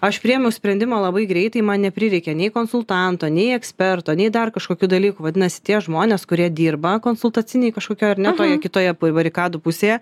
aš priėmiau sprendimą labai greitai man neprireikė nei konsultanto nei eksperto nei dar kažkokių dalykų vadinasi tie žmonės kurie dirba konsultacinėj kažkokioj ar ne toje kitoje barikadų pusėje